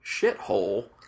shithole